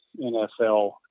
NFL